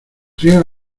riega